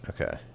Okay